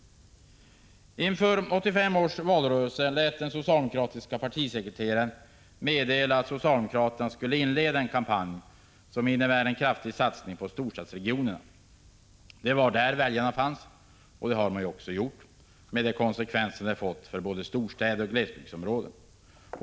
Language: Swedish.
Inför 1985 års valrörelse lät den socialdemokratiska partisekreteraren meddela att socialdemokraterna skulle inleda en kampanj som innebar en kraftig satsning på storstadsregionerna. Det var där väljarna fanns. Den satsningen har man också gjort, med de konsekvenser detta fått för både storstäder och glesbygdsområden.